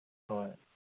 ꯍꯣꯏ